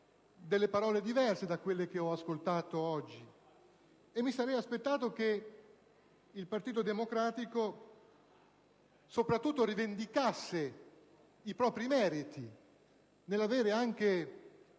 delle parole diverse da quelle che ho ascoltato oggi. Mi sarei aspettato soprattutto che il Partito Democratico rivendicasse i propri meriti nell'aver anche